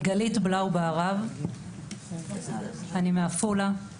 אני מעפולה.